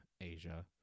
Asia